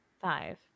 five